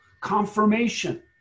Confirmation